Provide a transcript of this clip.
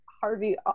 Harvey